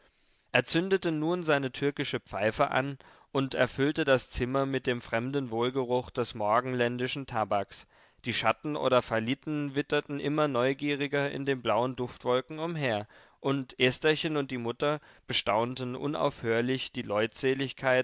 er zündete nun seine türkische pfeife an und erfüllte das zimmer mit dem fremden wohlgeruch des morgenländischen tabaks die schatten oder falliten witterten immer neugieriger in den blauen duftwolken umher und estherchen und die mutter bestaunten unaufhörlich die